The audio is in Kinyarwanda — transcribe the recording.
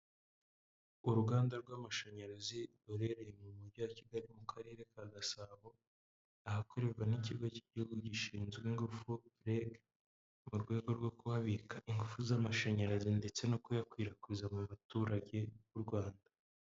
Uruganda rw'amashanyarazi ruherereye mu mujyi wa Kigali mu karere ka Gasabo, ahakorerwa n'ikigo cy'igihugu gishinzwe ingufu REG, mu rwego rwo kubika ingufu z'amashanyarazi ndetse no kuyakwirakwiza mu baturage b'u Rwanda.